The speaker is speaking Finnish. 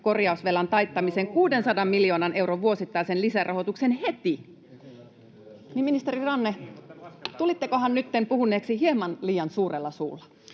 korjausvelan taittamiseen 600 miljoonan euron vuosittaisen lisärahoituksen heti. Ministeri Ranne, tulittekohan nytten puhuneeksi hieman liian suurella suulla?